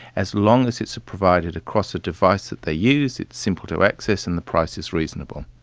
as long as it's provided across a device that they use, it's simple to access and the price is reasonable.